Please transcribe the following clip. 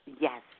Yes